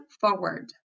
forward